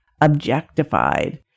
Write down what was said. objectified